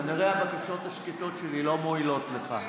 כנראה הבקשות השקטות שלי לא מועילות לך.